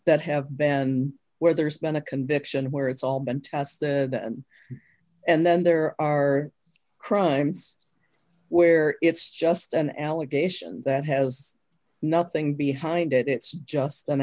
that have banned where there's been a conviction where it's all been tested and then there are crimes where it's just an allegation that has nothing behind it it's just an